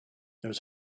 there